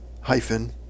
hyphen